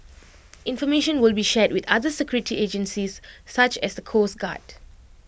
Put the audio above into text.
information will be shared with other security agencies such as the coast guard